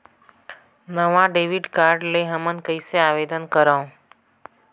नवा debit card ले हमन कइसे आवेदन करंव?